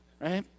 right